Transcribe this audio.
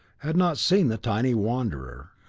had not seen the tiny wanderer.